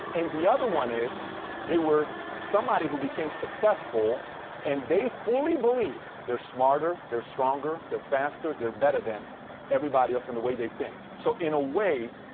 and the other one is they were somebody who became successful and they fully believe they're smarter, they're stronger, they're faster, they're better than everybody else in the way they think. so in a way,